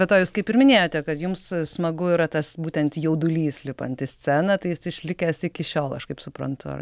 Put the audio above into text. be to jūs kaip ir minėjote kad jums smagu yra tas būtent jaudulys lipant į sceną tai jis išlikęs iki šiol aš kaip suprantu ar